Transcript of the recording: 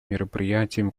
мероприятием